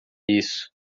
isso